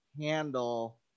handle